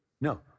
No